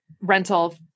rental